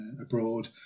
abroad